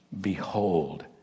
Behold